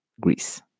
Greece